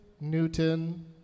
Newton